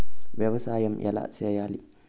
వ్యవసాయం ఎలా చేయాలి?